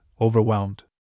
overwhelmed